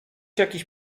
jakiś